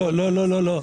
לא, לא, לא.